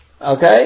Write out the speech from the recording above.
Okay